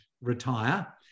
retire